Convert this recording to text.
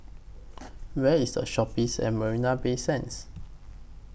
Where IS The Shoppes At Marina Bay Sands